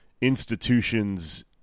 institutions